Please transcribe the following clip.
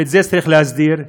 ואת זה צריך להסדיר בסילוקו.